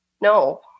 no